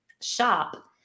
shop